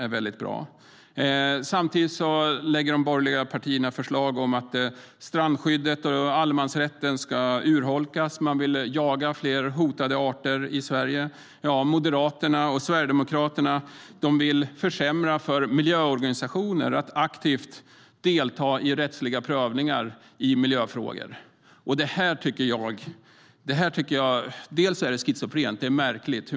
Å andra sidan lägger de borgerliga partierna fram förslag om att strandskyddet och allemansrätten ska urholkas. De vill jaga fler hotade arter i Sverige.Moderaterna och Sverigedemokraterna vill försämra för miljöorganisationer att aktivt delta i rättsliga prövningar i miljöfrågor. Det är schizofrent och märkligt.